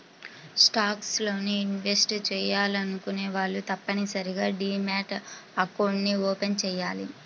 stocks లో invest చెయ్యాలనుకునే వాళ్ళు తప్పనిసరిగా డీమ్యాట్ అకౌంట్ని ఓపెన్ చెయ్యాలి